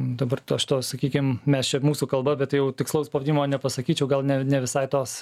dabar to aš to sakykim mes čia mūsų kalba bet tai jau tikslaus pavadinimo nepasakyčiau gal ne ne visai tos